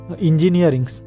Engineering